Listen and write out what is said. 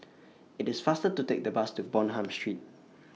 IT IS faster to Take The Bus to Bonham Street